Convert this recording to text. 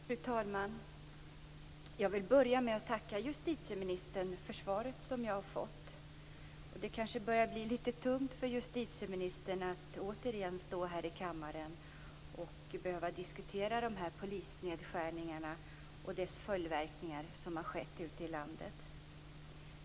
Fru talman! Jag till börja med att tacka justitieministern för svaret som jag har fått. Det kanske börjar bli lite tungt för justitieministern att återigen stå här i kammaren och behöva diskutera polisnedskärningarna som har skett ute i landet och dess följdverkningar.